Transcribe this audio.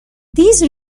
these